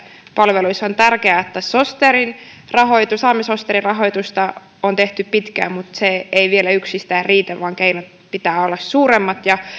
palveluissa on tärkeää että samisosterin rahoitusta samisosterin rahoitusta on tehty pitkään mutta se ei vielä yksistään riitä vaan keinot pitää olla suuremmat ja